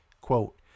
Quote